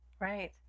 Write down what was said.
right